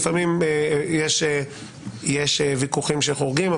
לפעמים יש ויכוחים שחורגים.